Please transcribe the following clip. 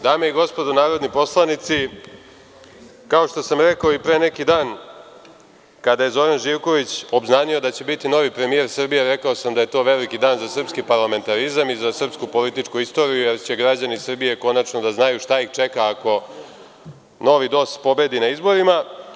Dame i gospodo narodni poslanici, kao što sam rekao i pre neki dan kada je Zoran Živković obznanio da će biti novi premijer Srbije, rekao sam da je to veliki dan za srpski parlamentarizam i sa srpsku političku istoriju jer će građani Srbije konačno da znaju šta ih čeka ako novi DOS pobedi na izborima.